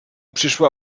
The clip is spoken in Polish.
przyszła